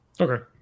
Okay